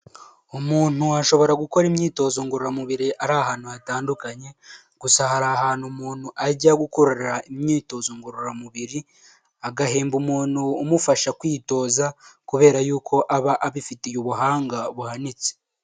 Umuntu ashobora gukora imyitozo ngororamubiri ari ahantu hatandukanye, gusa hari ahantu umuntu ajya gukorera imyitozo ngororamubiri agahemba umuntu umufasha kwitoza kubera yuko aba abifitiye ubuhanga buhanitse.